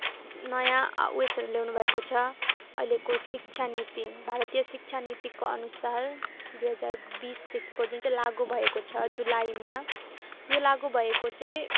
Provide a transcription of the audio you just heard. नयाँ उएसहरू ल्याउनु भएको छ अहिलेको शिक्षानीति भारतीय शिक्षानीतिकोअनुसार दुई हजार बिसदेखिको जुन चाहिँ लागू भएको छ जुलाईमा यो लागू भएको चाहिँ